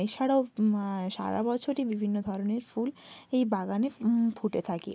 এছাড়াও সারা বছরই বিভিন্ন ধরনের ফুল এই বাগানে ফুটে থাকে